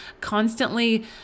constantly